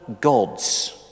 gods